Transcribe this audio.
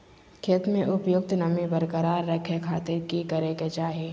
खेत में उपयुक्त नमी बरकरार रखे खातिर की करे के चाही?